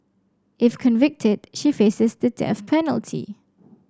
if convicted she faces the death penalty